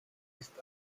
ist